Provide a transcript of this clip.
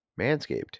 manscaped